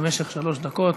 במשך שלוש דקות.